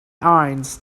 eyes